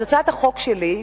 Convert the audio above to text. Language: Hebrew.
אז הצעת החוק שלי,